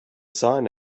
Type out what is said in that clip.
sign